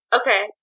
Okay